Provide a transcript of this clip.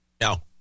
No